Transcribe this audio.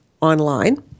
online